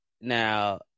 Now